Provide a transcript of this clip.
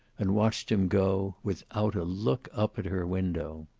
and watched him go, without a look up at her window.